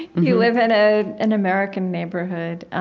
you live in ah an american neighborhood.